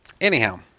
Anyhow